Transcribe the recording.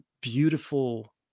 beautiful